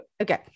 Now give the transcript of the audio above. Okay